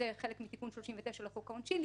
זה חלק מתיקון 39 לחוק העונשין.